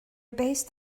based